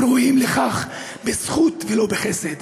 הם ראויים לכך בזכות ולא בחסד.